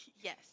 Yes